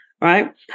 right